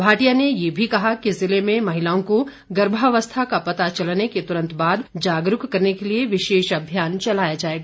भाटिया ने ये भी कहा कि जिले में महिलाओं को गर्भावस्था का पता चलने के तुरंत बाद जागरूक करने के लिए विशेष अभियान चलाया जाएगा